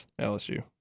LSU